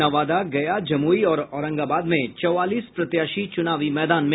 नवादा गया जमुई और औरंगाबाद में चौवालीस प्रत्याशी चुनावी मैदान में